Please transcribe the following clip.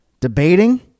debating